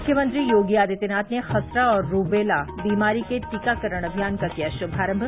मुख्यमंत्री योगी आदित्यनाथ ने खसरा और रूबेला बीमारी के टीकाकरण अभियान का किया शुमारम्म